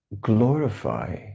Glorify